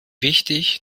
wichtig